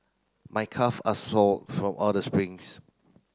my calve are sore from all the sprints